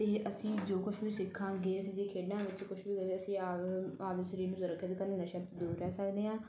ਅਤੇ ਅਸੀਂ ਜੋ ਕੁਛ ਵੀ ਸਿਖਾਂਗੇ ਅਸੀਂ ਜੇ ਖੇਡਾਂ ਵਿੱਚ ਕੁਛ ਵੀ ਕਰੀਏ ਅਸੀਂ ਆਪ ਆਪ ਦੇ ਸਰੀਰ ਨੂੰ ਸੁਰੱਖਿਅਤ ਕਰਾਂਗੇ ਨਸ਼ਿਆਂ ਤੋਂ ਦੂਰ ਰਹਿ ਸਕਦੇ ਹਾਂ